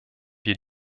wir